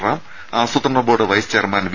റാം ആസൂത്രണ board vice chairman V